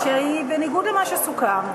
שהיא בניגוד למה שסוכם.